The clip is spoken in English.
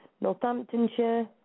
Northamptonshire